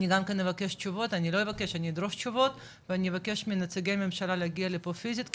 אני גם כן אדרוש תשובות ואני אבקש מנציגי ממשלה להגיע לפה פיזית,